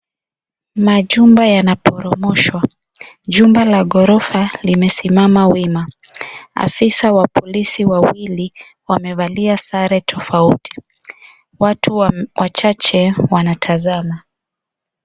Majumba yanaporomoshwa. Jumba la ghorofa limesimama wima. Afisa wa polisi wawili wamevalia sare tofauti. Watu wachache wanatazama.